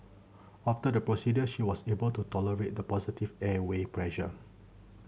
after the procedure she was able to tolerate the positive airway pressure